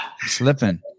slipping